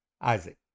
Isaac